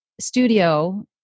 studio